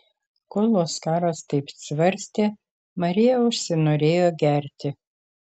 kol oskaras taip svarstė marija užsinorėjo gerti